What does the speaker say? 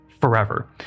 forever